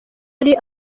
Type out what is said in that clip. ari